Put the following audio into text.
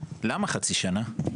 למה חצי שנה?